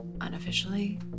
unofficially